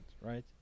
right